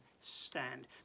stand